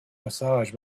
massage